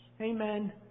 Amen